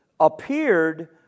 appeared